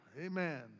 Amen